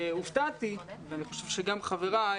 והופתעתי ואני חושב שגם חבריי